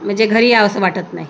म्हणजे घरी यावसं वाटत नाही